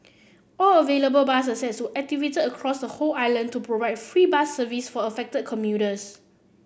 all available bus assets were activated across the whole island to provide free bus service for affected commuters